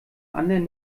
anderen